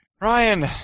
Ryan